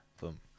Boom